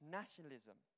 nationalism